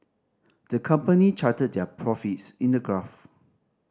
the company charted their profits in a graph